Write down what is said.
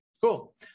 Cool